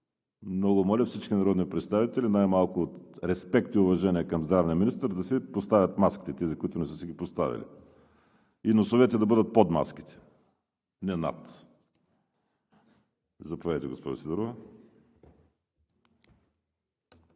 Много моля всички народни представители, най-малко от респект и уважение към здравния министър, да си поставят маските – тези, които не са си ги поставили. И носовете да бъдат под маските, не над. Заповядайте, госпожо Сидорова.